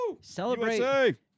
Celebrate